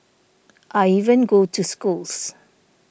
I even go to schools